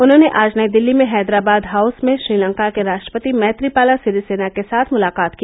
उन्होंने आज नई दिल्ली में हैदराबाद हाउस में श्रीलंका के राष्ट्रपति मैत्रीपाला सिरीसेना के साथ मुलाकात की